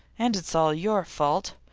and it's all your fault.